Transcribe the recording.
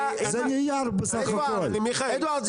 אדוארד,